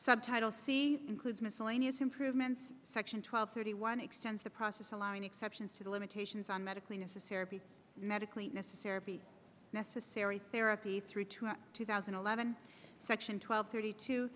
subtitle c includes miscellaneous improvements section twelve thirty one extends the process allowing exceptions to the limitations on medically necessary medically necessary necessary therapy three to two thousand and eleven section twelve thirty t